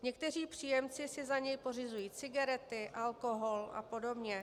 Někteří příjemci si za něj pořizují cigarety, alkohol apod.